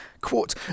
Quote